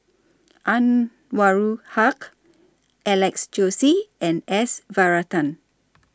Anwarul Haque Alex Josey and S Varathan